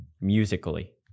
musically